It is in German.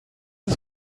ist